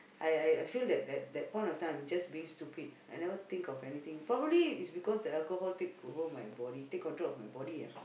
I I I feel that that point of time I'm just being stupid I never think of anything probably is because the alcohol take over my body take control of my body ah